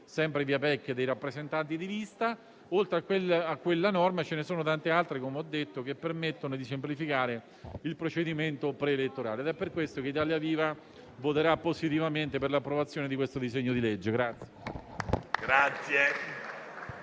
sempre via PEC, dei rappresentanti di lista. Oltre a quella norma ce ne sono tante altre, come ho detto, che permettono di semplificare il procedimento preelettorale. È per questo motivo che Italia Viva-P.S.I. voterà a favore dell'approvazione di questo disegno di legge.